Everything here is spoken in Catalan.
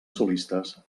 solistes